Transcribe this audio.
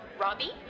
Robbie